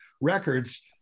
records